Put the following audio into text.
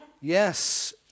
Yes